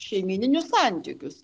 šeimyninius santykius